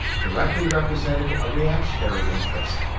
directly represented a reactionary interest,